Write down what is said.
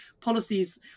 policies